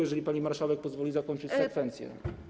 Jeżeli pani marszałek pozwoli zakończyć sekwencję.